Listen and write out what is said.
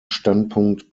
standpunkt